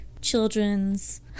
children's